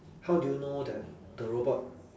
how do you know that the robot